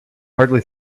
hardly